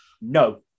No